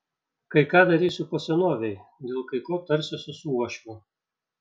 kai ką darysiu po senovei dėl kai ko tarsiuosi su uošviu